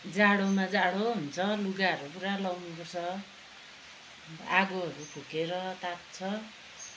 जाडोमा जाडो हुन्छ लुगाहरू पुरा लाउनु पर्छ अन्त आगोहरू फुकेर ताप्छ